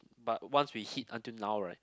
but once we hit until now right